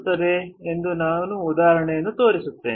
ಎಂದು ನಾನು ಉದಾಹರಣೆಯನ್ನು ತೋರಿಸಿದ್ದೇನೆ